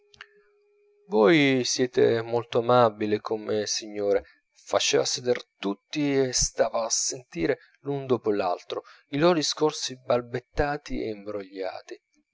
voi siete molto amabile con me signore faceva seder tutti e stava a sentire l'un dopo l'altro i loro discorsi balbettati e imbrogliati